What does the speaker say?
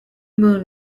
moon